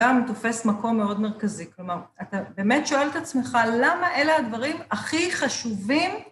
גם תופס מקום מאוד מרכזי, כלומר, אתה באמת שואל את עצמך, למה אלה הדברים הכי חשובים?